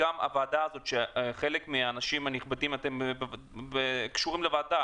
חלק מהאנשים הנכבדים פה קשורים לוועדה,